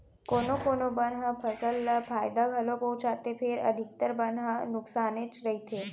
कोना कोनो बन ह फसल ल फायदा घलौ पहुँचाथे फेर अधिकतर बन ह नुकसानेच करथे